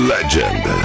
Legend